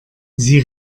sie